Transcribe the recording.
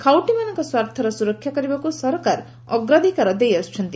ଖାଉଟିମାନଙ୍କ ସ୍ୱାର୍ଥର ସୁରକ୍ଷା କରିବାକୁ ସରକାର ଅଗ୍ରାଧିକାର ଦେଇ ଆସୁଛନ୍ତି